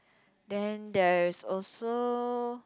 then there is also